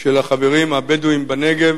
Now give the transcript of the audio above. של החברים הבדואים בנגב